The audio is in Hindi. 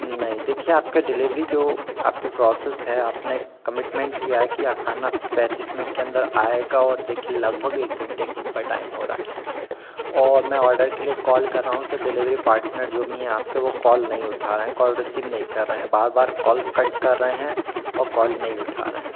नहीं देखिए आपकी डिलिवरी जो आपका प्रॉसेस है आपने कमिटमेन्ट किया है कि खाना पैँतीस मिनट के अन्दर आएगा और देखिए लगभग एक घन्टे से ऊपर टाइम हो रहा है और मैं ऑर्डर के लिए कॉल कर रहा हूँ तो डिलिवरी पार्टनर जो भी हैं आपके वह कॉल नहीं उठा रहे हैं कॉल रिसीव नहीं कर रहे हैं बार बार कॉल कट कर रहे हैं और कॉल नहीं उठा रहे हैं